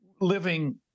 living